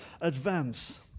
advance